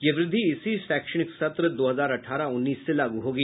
यह वृद्धि इसी शैक्षणिक सत्र दो हजार अठारह उन्नीस से लागू होगी